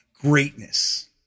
greatness